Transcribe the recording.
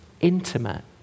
intimate